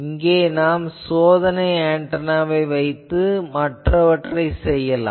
இங்கு நாம் சோதனை ஆன்டெனாவை வைத்து மற்றவற்றை செய்யலாம்